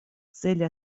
цели